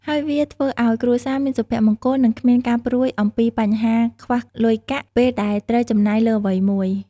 ហើយវាធ្វើឲ្យគ្រួសារមានសុភមង្គលនិងគ្មានការព្រួយអំពីបញ្ហាខ្វះលុយកាក់ពេលដែលត្រូវចំណាយលើអ្វីមួយ។